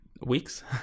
weeks